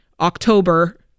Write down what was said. October